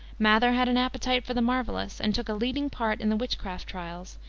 mather had an appetite for the marvelous, and took a leading part in the witchcraft trials,